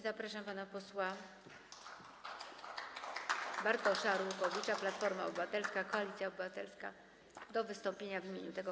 Zapraszam pana posła Bartosza Arłukowicza, Platforma Obywatelska - Koalicja Obywatelska, do wystąpienia w imieniu klubu.